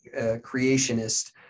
creationist